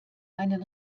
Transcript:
einen